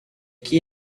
key